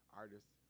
artists